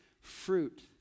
fruit